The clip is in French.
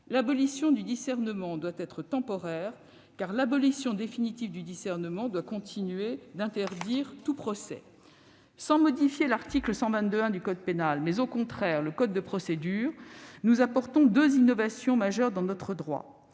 L'abolition du discernement doit être temporaire, car l'abolition définitive du discernement doit continuer d'empêcher tout procès. En modifiant non pas l'article 122-1 du code pénal, mais, au contraire, le code de procédure pénale, nous apportons deux innovations majeures dans notre droit